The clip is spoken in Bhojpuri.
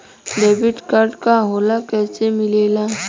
डेबिट कार्ड का होला कैसे मिलेला?